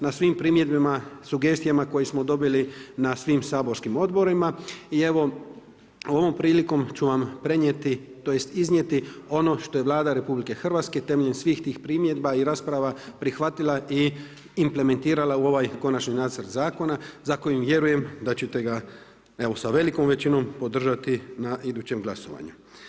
Na svim primjedbama, sugestijama koje smo dobili na svim saborskim odborima i evo ovom prilikom ću vam prenijeti, tj. iznijeti ono što je Vlada RH temeljem svih tih primjedba i rasprava prihvatila i implementirala u ovaj konačni nacrt zakona za kojim vjerujem da ćete ga evo sa velikom većinom podržati na idućem glasovanju.